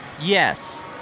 Yes